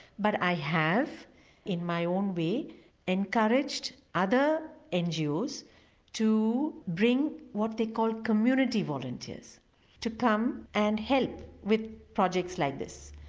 but i have in my own way encouraged other ngos to bring what they call community volunteers to come and help with projects like this.